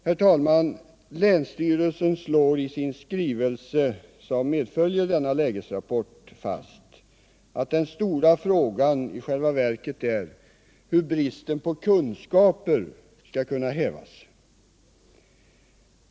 Herr talman! Länsstyrelsen slår fast i sin skrivelse, som medföljer lägesrapporten, att den stora frågan i själva verket är hur bristen på kunskaper skall kunna hävas.